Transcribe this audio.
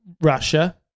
Russia